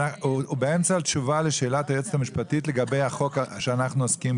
הוא באמצע תשובה לשאלת היועצת המשפטית לגבי החוק שאנחנו עוסקים בו.